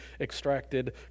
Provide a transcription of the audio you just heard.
extracted